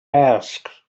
asked